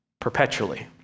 perpetually